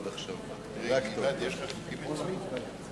לוועדה שתקבע ועדת הכנסת נתקבלה.